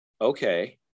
okay